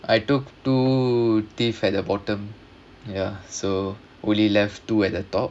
I took two teeth at the bottom ya so only left two at the top